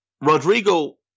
Rodrigo